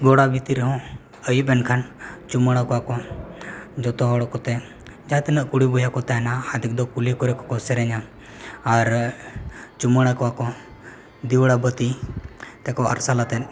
ᱜᱚᱲᱟ ᱵᱷᱤᱛᱤᱨ ᱨᱮᱦᱚᱸ ᱟᱹᱭᱩᱵᱽ ᱮᱱᱠᱷᱟᱱ ᱪᱩᱢᱟᱹᱲᱟ ᱠᱚᱣᱟ ᱠᱚ ᱡᱚᱛᱚ ᱦᱚᱲ ᱠᱚᱛᱮ ᱡᱟᱦᱟᱸ ᱛᱤᱱᱟᱹᱜ ᱠᱩᱲᱤ ᱵᱚᱭᱦᱟ ᱠᱚ ᱛᱟᱦᱮᱱᱟ ᱟᱫᱷᱮᱠ ᱫᱚ ᱠᱩᱞᱦᱤ ᱠᱚᱨᱮ ᱠᱚ ᱥᱮᱨᱮᱧᱟ ᱟᱨ ᱪᱩᱢᱟᱹᱲᱟ ᱠᱚᱣᱟ ᱠᱚ ᱫᱤᱣᱟᱹᱲᱟ ᱵᱟᱹᱛᱤ ᱛᱮᱠᱚ ᱟᱨᱥᱟᱞ ᱟᱛᱮᱫ